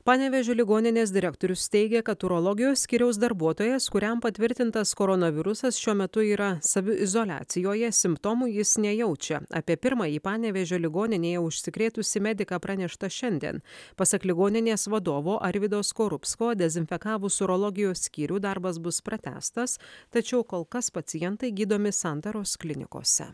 panevėžio ligoninės direktorius teigia kad urologijos skyriaus darbuotojas kuriam patvirtintas koronavirusas šiuo metu yra saviizoliacijoje simptomų jis nejaučia apie pirmąjį panevėžio ligoninėje užsikrėtusį mediką pranešta šiandien pasak ligoninės vadovo arvydo skorupsko dezinfekavus urologijos skyrių darbas bus pratęstas tačiau kol kas pacientai gydomi santaros klinikose